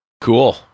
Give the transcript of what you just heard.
Cool